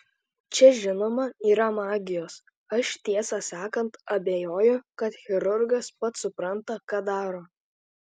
čia žinoma yra magijos aš tiesą sakant abejoju kad chirurgas pats supranta ką daro